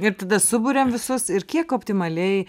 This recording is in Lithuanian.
ir tada suburiam visus ir kiek optimaliai